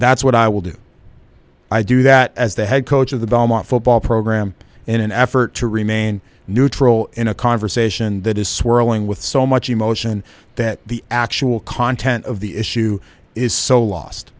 that's what i will do i do that as the head coach of the belmont football program in an effort to remain neutral in a conversation that is swirling with so much emotion that the actual content of the issue is so lost